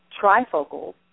trifocal